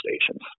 stations